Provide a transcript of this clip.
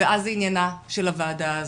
ואז זה עניינה של הועדה הזו,